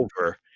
over